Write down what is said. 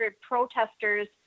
protesters